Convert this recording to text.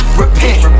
repent